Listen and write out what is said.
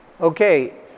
Okay